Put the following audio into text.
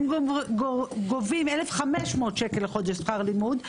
הם גובים 1,500 שקלים לחודש שכר לימוד.